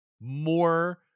more